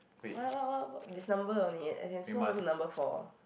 what what what this number only as in so what's the number for